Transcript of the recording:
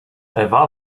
ewa